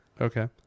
Okay